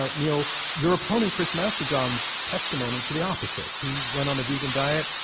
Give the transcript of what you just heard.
ah neal, your opponent chris masterjohn's testimony to the opposite. he went on a vegan diet,